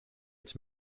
its